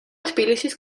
თბილისის